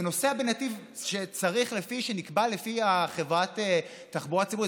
זה נוסע בנתיב שנקבע לפי חברת התחבורה הציבורית,